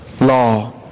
law